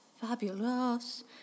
fabulous